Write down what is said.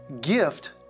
gift